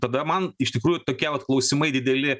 tada man iš tikrųjų tokie vat klausimai dideli